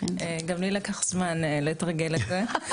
גם לי לקח זמן לתרגל את זה.